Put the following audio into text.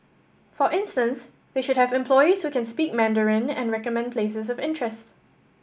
for instance they should have employees who can speak Mandarin and recommend places of interest